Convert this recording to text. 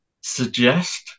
suggest